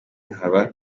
nkaba